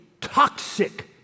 toxic